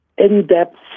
in-depth